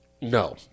No